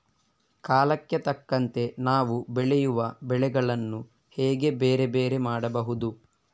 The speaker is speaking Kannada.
ಕಾಲಕ್ಕೆ ತಕ್ಕಂತೆ ನಾವು ಬೆಳೆಯುವ ಬೆಳೆಗಳನ್ನು ಹೇಗೆ ಬೇರೆ ಬೇರೆ ಮಾಡಬಹುದು?